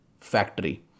factory